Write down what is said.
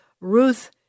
Ruth